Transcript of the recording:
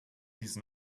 use